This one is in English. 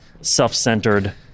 self-centered